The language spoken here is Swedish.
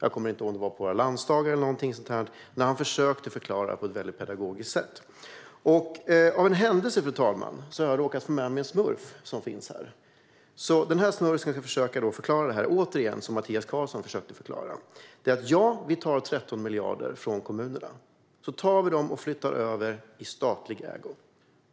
Jag kommer inte ihåg om det var på våra landsdagar eller om det var någon annan gång. Han försökte i alla fall förklara detta på ett pedagogiskt sätt. Av en händelse har jag råkat få med mig en smurf, som jag håller upp här. Med hjälp av den här smurfen ska jag försöka förklara det som Mattias Karlsson försökte förklara. Han sa: Ja, vi tar 13 miljarder från kommunerna. Vi tar dem och flyttar över i statlig ägo.